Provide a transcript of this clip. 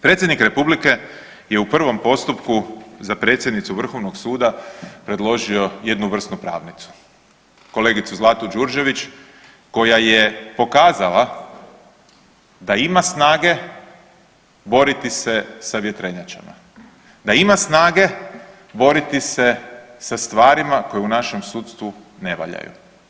Predsjednik Republike je u prvom postupku za predsjednicu Vrhovnog suda predložio jednu vrsnu pravnicu, kolegicu Zlatu Đurđević koja je pokazala da ima snage boriti se sa vjetrenjačama, da ima snage boriti se sa stvarima koje u našem sudstvu ne valjaju.